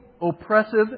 oppressive